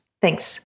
Thanks